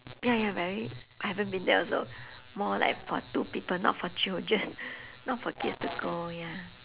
ya ya very I haven't been there also more like for two people not for children not for kids to go ya